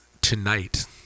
tonight